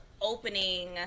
opening